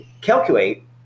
calculate